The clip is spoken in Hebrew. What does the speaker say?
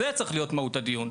זה צריך להיות מהות הדיון.